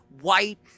white